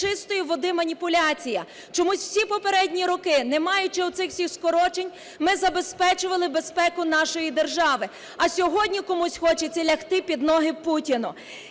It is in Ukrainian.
чистої води маніпуляція. Чомусь усі попередні роки, не маючи цих усіх скорочень, ми забезпечували безпеку нашої держави, а сьогодні комусь хочеться лягти під ноги Путіну.